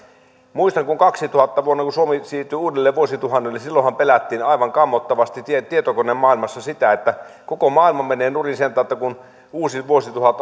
muistan että kun suomi siirtyi uudelle vuosituhannelle vuonna kaksituhatta silloinhan pelättiin aivan kammottavasti tietokonemaailmassa sitä että koko maailma menee nurin sen tautta että kun uusi vuosituhat